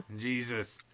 Jesus